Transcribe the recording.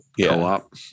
co-op